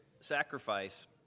sacrifice